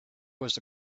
was